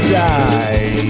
die